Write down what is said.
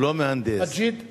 מג'יד?